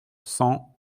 cent